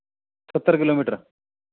ਸੱਤਰ ਕਿਲੋਮੀਟਰ